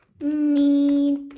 need